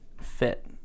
fit